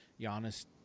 Giannis